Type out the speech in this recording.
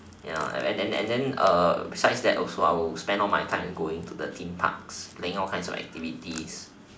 ya and then and then uh besides that also I will spend all my time going to the theme parks playing all kinds of activities